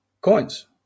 coins